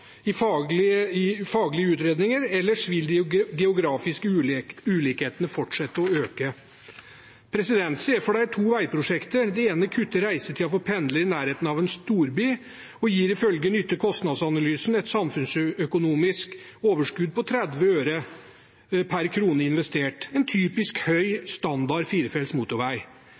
i faglige utredninger, ellers vil de geografiske ulikhetene fortsette å øke. Se for deg to veiprosjekt: Det ene kutter reisetiden for pendlere i nærheten av en storby og gir ifølge nytte-kostnadsanalysen et samfunnsøkonomisk overskudd på 30 øre per krone investert – en typisk høystandard firefelts motorvei.